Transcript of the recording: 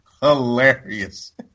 hilarious